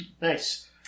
Nice